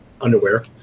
underwear